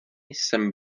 jsem